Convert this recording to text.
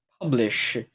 publish